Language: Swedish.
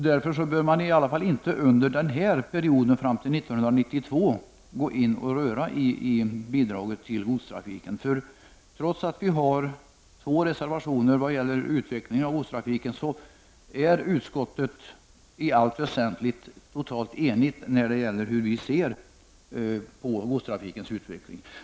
Därför bör man åtminstone inte under denna period fram till 1992 röra bidraget till godstrafiken. Trots att det finns två reservationer till betänkandet om utveckling av godstrafiken är utskottet i allt väsentligt helt enigt när det gäller synen på godstrafikens utveckling.